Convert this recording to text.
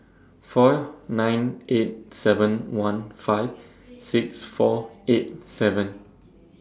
four nine eight seven one five six four eight seven